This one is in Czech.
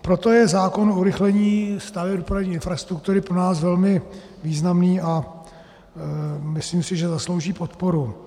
Proto je zákon o urychlení staveb dopravní infrastruktury pro nás velmi významný a myslím si, že zaslouží podporu.